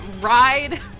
ride